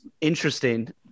interesting